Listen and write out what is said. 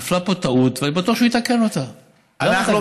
נפלה פה טעות, ואני בטוח שהוא יתקן אותה.